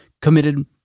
committed